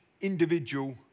individual